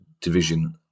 division